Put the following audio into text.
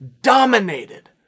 dominated